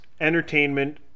entertainment